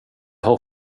har